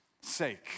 sake